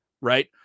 right